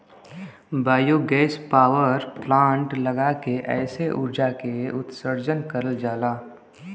biogas power plant लगा के एसे उर्जा के उत्सर्जन करल जाला